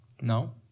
No